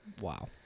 Wow